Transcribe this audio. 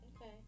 Okay